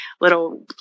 little